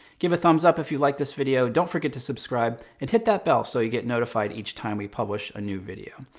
give a thumbs up if you liked this video. don't forget to subscribe, and hit that bell so you get notified each time we publish a new video.